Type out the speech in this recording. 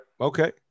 Okay